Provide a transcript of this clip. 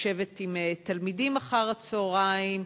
לשבת עם תלמידים אחר-הצהריים,